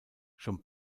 schon